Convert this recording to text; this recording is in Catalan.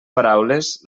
paraules